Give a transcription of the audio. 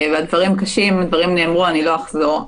והדברים קשים, הדברים נאמרו, אני לא אחזור.